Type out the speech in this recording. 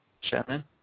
Shannon